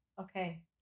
okay